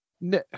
No